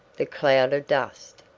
the cloud of dust.